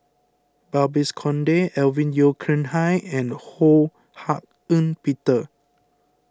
Babes Conde Alvin Yeo Khirn Hai and Ho Hak Ean Peter